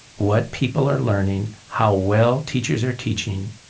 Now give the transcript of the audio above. what people are learning, how well teachers are teaching,